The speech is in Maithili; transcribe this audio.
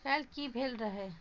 काल्हि की भेल रहै